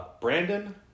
Brandon